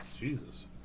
Jesus